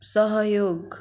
सहयोग